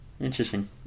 Interesting